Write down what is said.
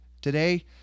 Today